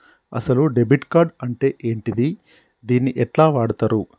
అసలు debit card అంటే ఏంటిది? దీన్ని ఎట్ల వాడుతరు?